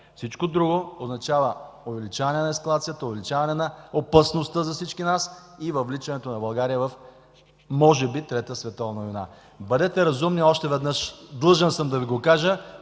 Всичко друго означава увеличаване на ескалацията, увеличаване на опасността за всички нас и въвличането на България в може би трета световна война. Бъдете разумни – още веднъж, длъжен съм да Ви го кажа!